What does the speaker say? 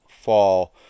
fall